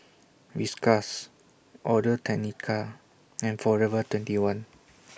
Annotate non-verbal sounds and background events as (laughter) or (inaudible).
Whiskas Audio Technica and Forever twenty one (noise)